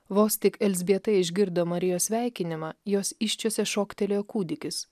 vos tik elzbieta išgirdo marijos sveikinimą jos įsčiose šoktelėjo kūdikis